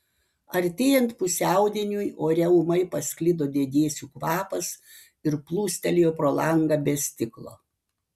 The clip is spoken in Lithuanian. artėjant pusiaudieniui ore ūmai pasklido degėsių kvapas ir plūstelėjo pro langą be stiklo